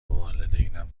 والدینم